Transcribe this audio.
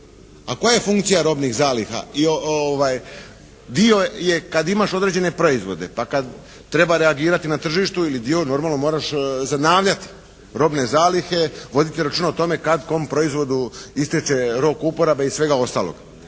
A koja je funkcija robnih zaliha? Dio je kad imaš određene proizvode pa kad treba reagirati na tržištu ili dio normalno moraš zanavljati robne zalihe, voditi računa kad kom proizvodu istječe rok uporabe i svega ostalog.